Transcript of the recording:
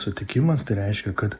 sutikimas tai reiškia kad